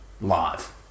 live